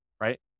right